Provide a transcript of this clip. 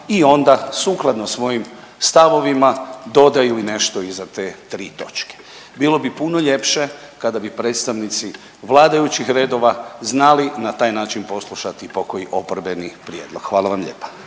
i onda sukladno svojim stavovima dodaju i nešto iza te tri točke. Bilo bi puno ljepše kada bi predstavnici vladajućih redova znali na taj način poslušati i pokoji oporbeni prijedlog, hvala vam lijepa.